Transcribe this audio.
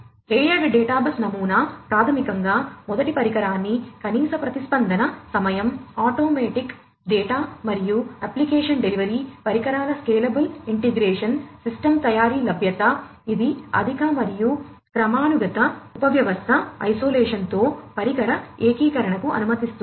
layered data bus నమూనా ప్రాథమికంగా మొదటి పరికరాన్ని కనీస ప్రతిస్పందన సమయం ఆటోమేటిక్ డేటా మరియు అప్లికేషన్ డెలివరీ పరికరాల స్కేలబుల్ ఇంటిగ్రేషన్ సిస్టమ్ తయారీ లభ్యత ఇది అధిక మరియు క్రమానుగత ఉపవ్యవస్థ ఐసోలేషన్ తో పరికర ఏకీకరణకు అనుమతిస్తుంది